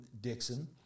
Dixon